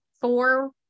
four